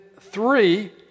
three